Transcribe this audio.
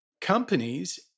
companies